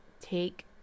take